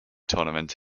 tournament